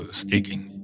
staking